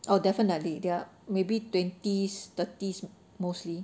oh definitely they are maybe twenties thirties mostly